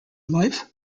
life